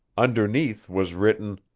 underneath was written